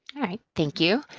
all right, thank you.